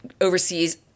overseas